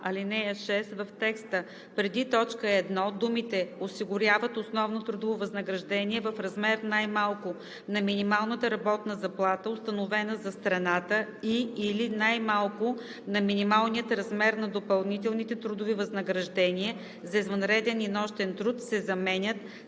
ал. 6 в текста преди точка 1 думите „осигурят основно трудово възнаграждение в размер най-малко на минималната работна заплата, установена за страната, и/или най-малко на минималния размер на допълнителните трудови възнаграждения за извънреден и нощен труд“ се заменят